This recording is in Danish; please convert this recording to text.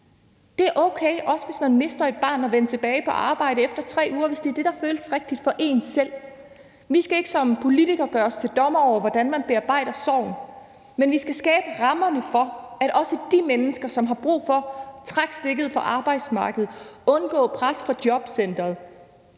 Det er okay, også hvis man mister et barn, at vende tilbage på arbejde efter 3 uger, hvis det er det, der føles rigtigt for en selv. Vi skal ikke som politikere gøre os til dommere over, hvordan man bearbejder sorgen, men vi skal skabe rammerne for, at også de mennesker, som har brug for at trække stikket på arbejdsmarkedet eller undgå pres fra jobcenteret,